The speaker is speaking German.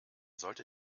sollte